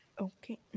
Okay